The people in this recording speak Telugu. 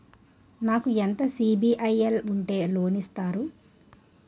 నాకు ఎంత సిబిఐఎల్ ఉంటే లోన్ ఇస్తారు?